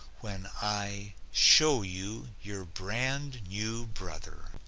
when i show you your brand new brother.